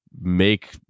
Make